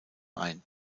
ein